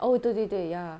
哦对对对 ya